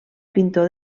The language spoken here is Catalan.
pintor